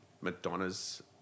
Madonna's